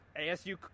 ASU